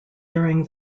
during